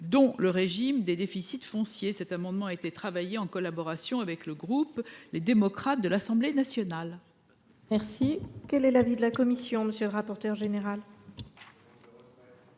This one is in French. le régime des déficits fonciers. Cet amendement a été travaillé en collaboration avec le groupe Les Démocrates de l’Assemblée nationale.